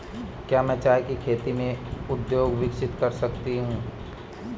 क्या मैं चाय की खेती से उद्योग विकसित कर सकती हूं?